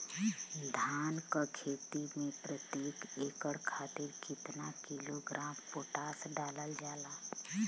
धान क खेती में प्रत्येक एकड़ खातिर कितना किलोग्राम पोटाश डालल जाला?